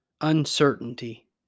uncertainty